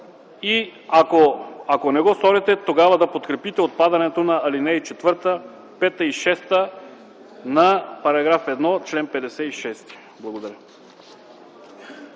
и, ако не го сторите, тогава да подкрепите отпадането на алинеи 4, 5 и 6 на § 1 от чл. 56. Благодаря.